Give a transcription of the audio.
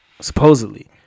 supposedly